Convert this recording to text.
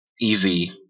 easy